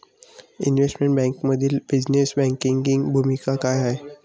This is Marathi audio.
इन्व्हेस्टमेंट बँकिंगमध्ये बिझनेस बँकिंगची भूमिका काय आहे?